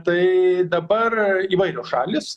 tai dabar įvairios šalys